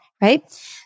right